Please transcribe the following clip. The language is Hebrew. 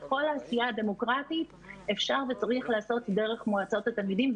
את כל העשייה הדמוקרטית אפשר וצריך לעשות דרך מועצות התלמידים,